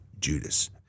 Judas